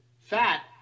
fat